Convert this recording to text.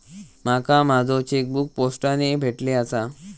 माका माझो चेकबुक पोस्टाने भेटले आसा